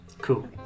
Cool